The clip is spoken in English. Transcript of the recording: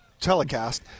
telecast